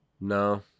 No